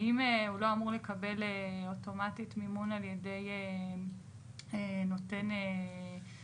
האם הוא לא אמור לקבל אוטומטית מימון על ידי נותן השירות?